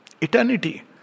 eternity